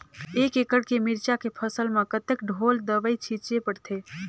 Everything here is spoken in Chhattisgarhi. एक एकड़ के मिरचा के फसल म कतेक ढोल दवई छीचे पड़थे?